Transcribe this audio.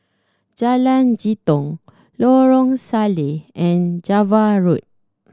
Jalan Jitong Lorong Salleh and Java Road